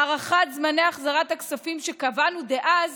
הארכת זמני החזרת הכספים שקבענו דאז